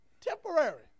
Temporary